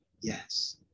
yes